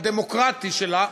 הדמוקרטי שלה,